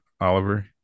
Oliver